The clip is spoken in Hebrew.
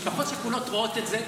משפחות שכולות רואות את זה,